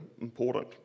important